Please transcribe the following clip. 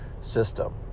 system